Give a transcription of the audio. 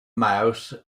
mouse